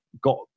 got